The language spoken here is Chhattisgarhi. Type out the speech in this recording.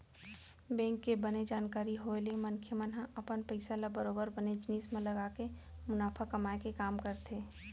बेंक के बने जानकारी होय ले मनखे मन ह अपन पइसा ल बरोबर बने जिनिस म लगाके मुनाफा कमाए के काम करथे